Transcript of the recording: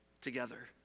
together